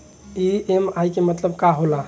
EMI के मतलब का होला?